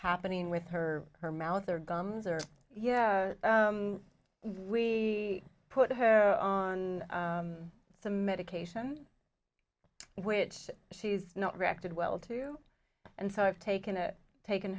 happening with her her mouth or gums or yeah we put her on the medication which she's not reacted well to and so i've taken a taken